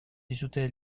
dizute